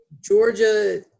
Georgia